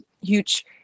huge